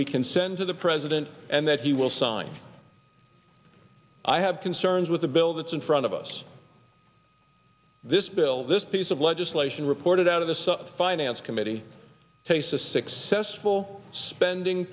we can send to the president and that he will sign i have concerns with the bill that's in front of us this bill this piece of legislation reported out of the finance committee takes a successful spending